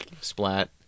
splat